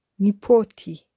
Nipoti